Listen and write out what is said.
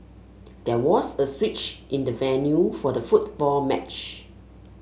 there was a switch in the venue for the football match